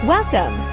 Welcome